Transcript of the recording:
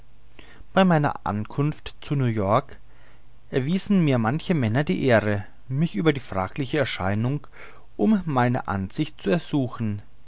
bei meiner ankunft zu new-york erwiesen mir manche männer die ehre mich über die fragliche erscheinung um meine ansicht zu ersuchen